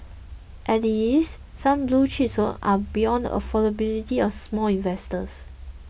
at is some blue chips are beyond affordability of small investors